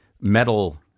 metal